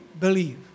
Believe